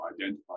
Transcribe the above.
identify